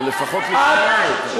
אבל לפחות לשמוע אותה.